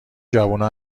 جوونا